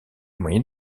moyen